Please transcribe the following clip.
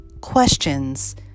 questions